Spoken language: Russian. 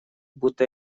будто